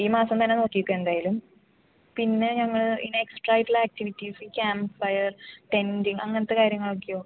ഈ മാസം തന്നെ നോക്കിക്കോളു എന്തായാലും പിന്നെ ഞങ്ങൾ ഇങ്ങനെ എക്സ്ട്രാ ആയിട്ടുള്ള ആക്റ്റിവിറ്റീസ് ക്യാമ്പ് ഫയർ ടെൻഡിംഗ് അങ്ങനത്തെ കാര്യങ്ങൾ ഒക്കെയോ